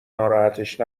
ناراحتش